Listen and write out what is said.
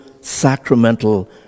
sacramental